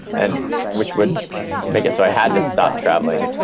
and which would make it, so i had to stop traveling.